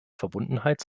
verbundenheit